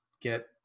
get